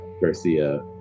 Garcia